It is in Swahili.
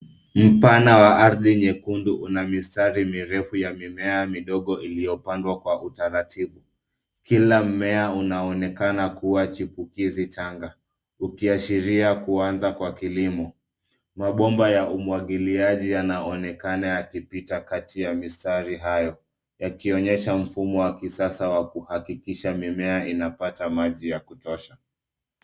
Upana wa ardhi nyekundu una mistari mirefu ya mimea midogo iliyopandwa kwa utaratibu. Kila mmea unaonekana kuwa chipukizi changa ukiashiria kuanza kwa kilimo. Mabomba ya umwagiliaji yanaonekana yakipita kati ya mistari hayo yakionyesha mfumo wa kisasa wa kuhakikisha mimea inapata maji ya kutosha.